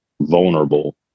vulnerable